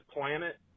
planet